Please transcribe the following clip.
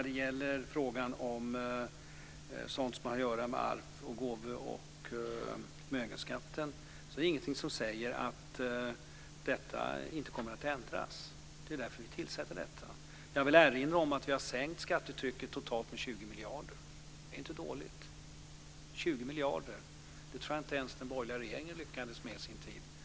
Det finns ingenting som säger att arvs-, gåvo och förmögenhetsskatten inte kommer att ändras. Det är därför vi tillsätter en utredning. Jag vill erinra om att vi har sänkt skattetrycket med totalt 20 miljarder. Det är inte dåligt. Det tror jag inte ens att den borgerliga regeringen lyckades med på sin tid.